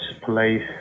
police